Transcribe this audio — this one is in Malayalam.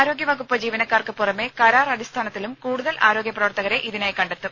ആരോഗ്യവകുപ്പ് ജീവനക്കാർക്ക് പുറമെ കരാർ അടിസ്ഥാനത്തിലും കൂടുതൽ ആരോഗ്യ പ്രവർത്തകരെ ഇതിനായി കണ്ടെത്തും